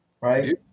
right